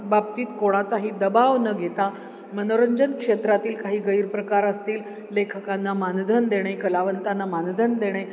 बाबतीत कोणाचाही दबााव न घेता मनोरंजन क्षेत्रातील काही गैरप्रकार असतील लेखकांना मानधन देणे कलावंतांना मानधन देणे